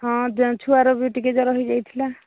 ହଁ ଛୁଆର ବି ଟିକିଏ ଜ୍ଵର ହୋଇଯାଇଥିଲା